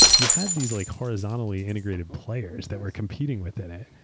you had these like horizontally integrated players that were competing with it.